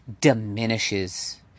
diminishes